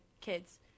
kids